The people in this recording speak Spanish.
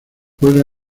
juega